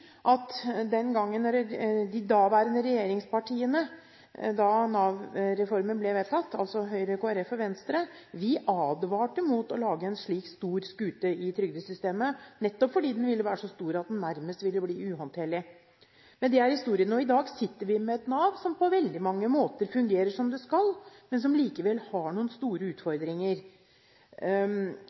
at regjeringspartiene den gang, da Nav-reformen ble vedtatt, altså Høyre, Kristelig Folkeparti og Venstre, advarte mot å lage en slik stor skute i trygdesystemet, nettopp fordi den ville være så stor at den nærmest ville bli uhåndterlig. Men det er historien. I dag sitter vi med et Nav som på veldig mange måter fungerer som det skal, men som likevel har noen store utfordringer.